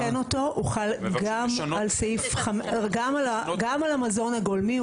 מבלי שנתקן אותו, הוא חל גם על המזון הגולמי.